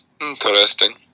Interesting